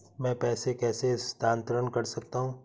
मैं पैसे कैसे स्थानांतरण कर सकता हूँ?